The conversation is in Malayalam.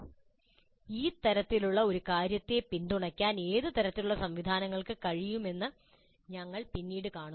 ഇത്തരത്തിലുള്ള ഒരു കാര്യത്തെ പിന്തുണയ്ക്കാൻ ഏത് തരത്തിലുള്ള സംവിധാനങ്ങൾക്ക് കഴിയുമെന്ന് ഞങ്ങൾ പിന്നീട് കാണുന്നു